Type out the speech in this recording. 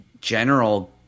general